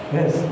Yes